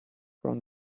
from